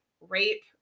rape